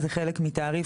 זה חלק מתעריף,